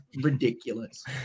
ridiculous